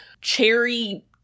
cherry